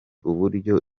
uburyo